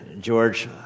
George